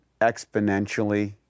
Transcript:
exponentially